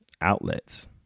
outlets